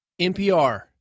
NPR